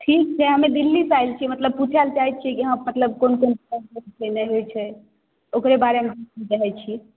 ठीक छै हमे दिल्ली से आयल छी मतलब पुछै लए चाहै छियै कि इहाँ मतलब कोन कोन नहि होइ छै ओकरे बारे मे कहै छी